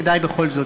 כדאי בכל זאת.